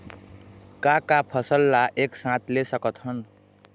का का फसल ला एक साथ ले सकत हन?